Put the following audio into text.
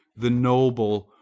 the noble,